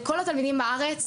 כללי לכל התלמידים בארץ,